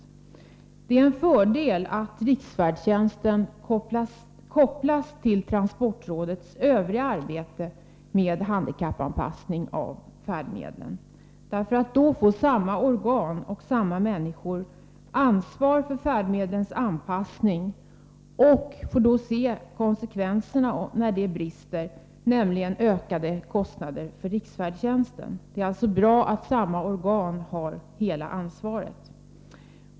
Det är en fördel att riksfärdtjänsten kopplas till transportrådets övriga arbete med handikappanpassning av färdmedlen. Då får samma organ och samma människor ansvar för färdmedlens anpassning och kan se konsekvenserna när det brister, nämligen ökade kostnader för riksfärdtjänsten. Det är alltså bra att samma organ har hela ansvaret.